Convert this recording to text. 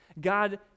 God